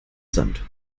sand